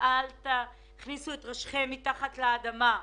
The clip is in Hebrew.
אל תכניסו את ראשכם מתחת לאדמה,